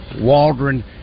Waldron